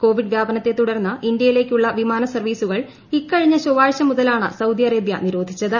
Covid വ്യാപനത്തെ തുടർന്ന് ഇന്ത്യയിലേക്കൂള്ള് വിമാന സർവീസുകൾ ഇക്കഴിഞ്ഞ ചൊവ്വാഴ്ചി മുതലാണ് സൌദി അറേബൃ നിരോധിച്ചത്